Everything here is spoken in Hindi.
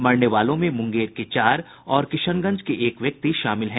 मरने वालों में मुंगेर के चार और किशनगंज के एक व्यक्ति शामिल हैं